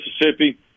Mississippi